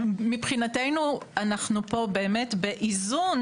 מבחינתנו אנחנו פה באמת באיזון.